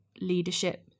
leadership